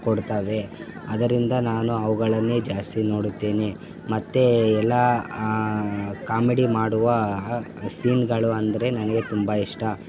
ಕೊಡ್ತವೆ ಆದ್ದರಿಂದ ನಾನು ಅವುಗಳನ್ನೇ ಜಾಸ್ತಿ ನೋಡುತ್ತೇನೆ ಮತ್ತು ಎಲ್ಲ ಕಾಮಿಡಿ ಮಾಡುವ ಸೀನ್ಗಳು ಅಂದರೆ ನನಗೆ ತುಂಬ ಇಷ್ಟ